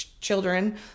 children